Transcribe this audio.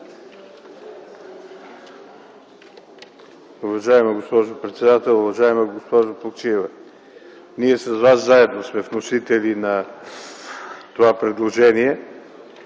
Уважаема госпожо председател! Уважаема госпожо Плугчиева, ние с Вас заедно сме вносители на това предложение.